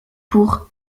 pour